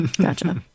Gotcha